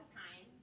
time